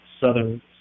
southern